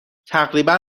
تقریبا